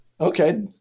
Okay